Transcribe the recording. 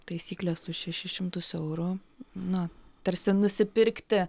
taisyklės už šešis šimtus eurų na tarsi nusipirkti